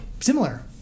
similar